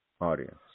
audience